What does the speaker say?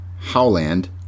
Howland